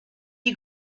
you